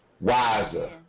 wiser